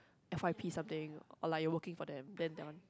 F_Y_P something or like you working for them then that one